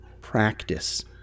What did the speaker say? practice